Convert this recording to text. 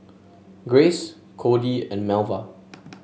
Grace Codey and Melva